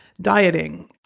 dieting